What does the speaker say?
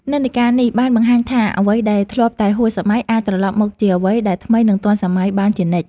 និន្នាការនេះបានបង្ហាញថាអ្វីដែលធ្លាប់តែហួសសម័យអាចត្រឡប់មកជាអ្វីដែលថ្មីនិងទាន់សម័យបានជានិច្ច។